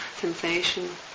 sensation